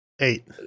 Eight